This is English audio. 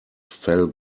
fell